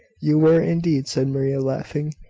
you were, indeed, said maria, laughing.